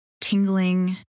tingling